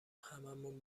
هممون